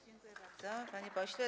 Dziękuję bardzo, panie pośle.